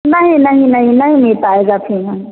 नहीं नहीं नहीं नहीं नहीं मिल पाएगा इतने में